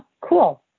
cool